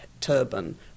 turban